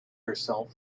herself